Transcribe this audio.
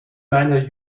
meiner